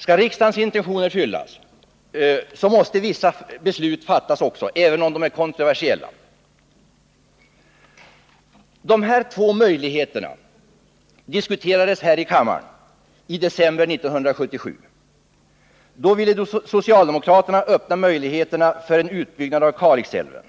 Skall riksdagens intentioner uppfyllas måste vissa beslut fattas, även om de är kontroversiella. De två möjligheterna diskuterades här i kammaren i december 1977. Då ville socialdemokraterna öppna möjligheter för en utbyggnad av Kalixälven.